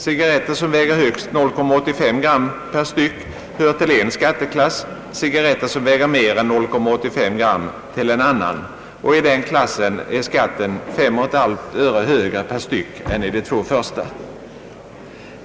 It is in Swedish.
Cigarretter som väger högst 0,85 gram per styck hör till en skatteklass, cigarretter som väger mer än 0,85 gram till en annan, och i den klassen är skatten 5,5 öre högre per styck än i den första.